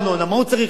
מה הוא צריך את זה?